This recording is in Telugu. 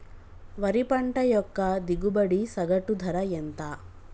వరి పంట యొక్క దిగుబడి సగటు ధర ఎంత?